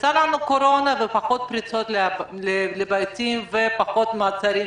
נכנסה לנו קורונה ויש פחות פריצות לבתים ופחות מעצרים,